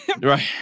Right